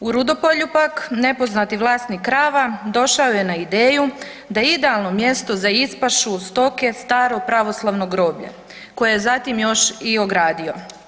U Rudopolju, pak nepoznati vlasnik krava došao je na ideju da idealno mjesto za ispašu stoke je staro pravoslavno groblje koje je zatim još i ogradio.